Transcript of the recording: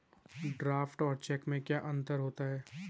Draft और cheque में क्या अंतर है?